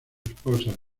esposa